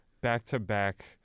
back-to-back